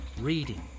Reading